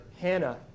Hannah